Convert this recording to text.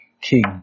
King